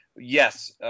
Yes